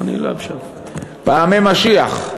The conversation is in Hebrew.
פעמי משיח.